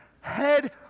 head